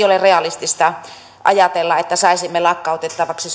ole realistista ajatella että pohjois karjalassa saisimme lakkautettavaksi